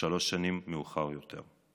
שלוש שנים מאוחר יותר.